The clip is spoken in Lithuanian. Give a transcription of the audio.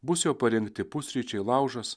bus jau parengti pusryčiai laužas